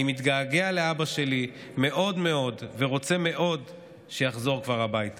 אני מתגעגע לאבא שלי מאוד מאוד ורוצה מאוד שיחזור כבר הביתה.